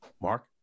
Mark